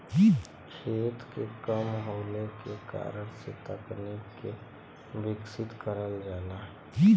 खेत के कम होले के कारण से तकनीक के विकसित करल जाला